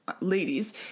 ladies